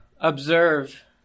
observe